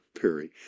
Perry